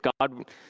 God